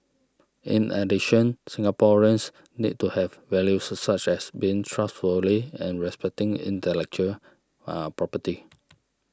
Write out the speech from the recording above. in addition Singaporeans need to have values such as being trustworthy and respecting intellectual property